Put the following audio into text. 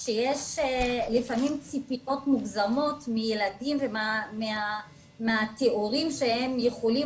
שיש לפעמים ציפיות מוגזמות מילדים ומהתיאורים שהם יכולים